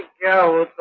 go.